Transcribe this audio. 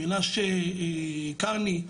מנשה קרני,